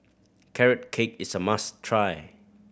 Carrot Cake is a must try